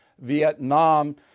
Vietnam